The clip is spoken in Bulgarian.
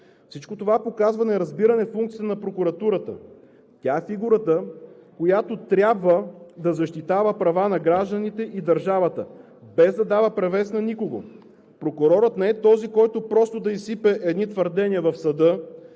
Всичко това показва неразбиране функциите на прокуратурата. Тя е фигурата, която трябва да защитава правата на гражданите и държавата, без да дава превес на никого. Прокурорът не е този, който просто да изсипе едни твърдения в съда,